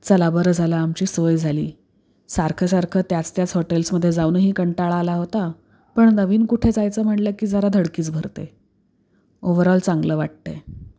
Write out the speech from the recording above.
चला बरं झालं आमची सोय झाली सारखं सारखं त्याच त्याच हॉटेल्समध्ये जाऊनही कंटाळा आला होता पण नवीन कुठे जायचं म्हणलं की जरा धडकीच भरते ओवरऑल चांगलं वाटत आहे